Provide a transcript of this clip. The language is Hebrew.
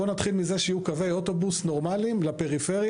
בוא נתחיל מזה שיהיו קווי אוטובוס נורמליים לפריפריה.